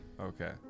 Okay